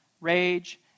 rage